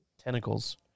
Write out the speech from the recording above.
Tentacles